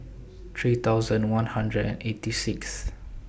three thousand one hundred and eighty Sixth